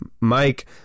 Mike